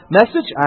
message